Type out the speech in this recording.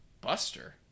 Buster